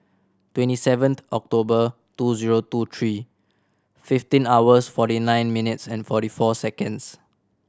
twenty seven October two zero two three fifteen hours forty nine minutes and forty four seconds